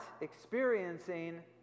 experiencing